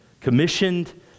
commissioned